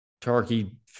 turkey